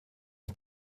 und